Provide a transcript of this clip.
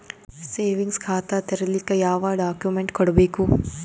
Savings ಖಾತಾ ತೇರಿಲಿಕ ಯಾವ ಡಾಕ್ಯುಮೆಂಟ್ ಕೊಡಬೇಕು?